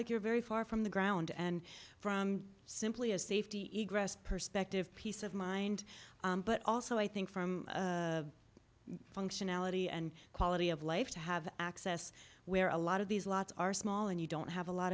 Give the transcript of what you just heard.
like you're very far from the ground and from simply a safety eeg rest perspective peace of mind but also i think from functionality and quality of life to have access where a lot of these lots are small and you don't have a lot